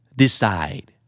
decide